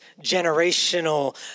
generational